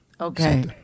okay